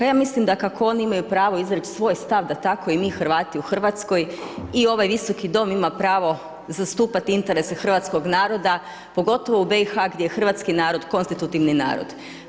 Ja mislim da kako imaju pravo izreći svoj stav, da tako i mi Hrvati u RH i ovaj Visoki dom ima pravo zastupati interese hrvatskoga naroda, pogotovo u BiH gdje je hrvatski narod, konstitutivni narod.